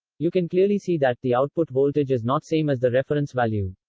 you can clearly see that the output voltage is not same as the reference value.